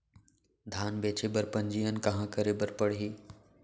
धान बेचे बर पंजीयन कहाँ करे बर पड़ही?